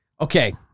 okay